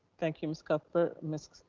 thank you, ms. cuthbert, ms.